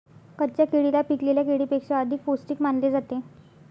कच्च्या केळीला पिकलेल्या केळीपेक्षा अधिक पोस्टिक मानले जाते